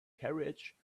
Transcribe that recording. carriage